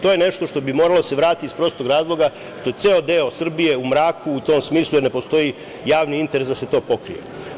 To je nešto što bi moralo da se vrati iz prostog razloga što je ceo deo Srbije u mraku, u tom smislu ne postoji javni interes da se to pokrije.